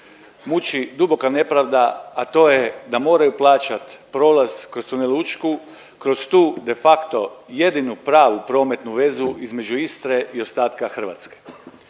muči duboka nepravda, a to je da moraju plaćati prolaz kroz tunel Učku, kroz tu de facto jedinu pravu prometnu vezu između Istre i ostatka Hrvatske.